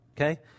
okay